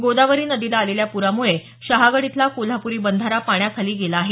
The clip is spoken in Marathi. गोदावरी नदीला आलेल्या पुरामुळे शहागड इथला कोल्हापुरी बंधारा पाण्याखाली गेला आहे